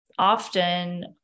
often